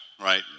right